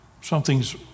Something's